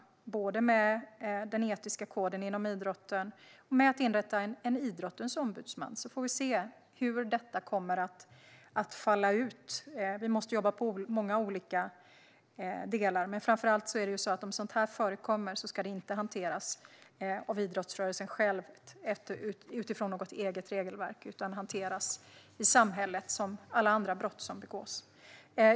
Det gäller både den etiska koden inom idrotten och genom inrättandet av en idrottens ombudsman. Vi får se hur detta faller ut. Vi måste jobba på många olika sätt. Framför allt ska det om något som detta förekommer inte hanteras av idrottsrörelsen själv utifrån ett eget regelverk, utan det ska hanteras i samhället som alla andra brott som begås.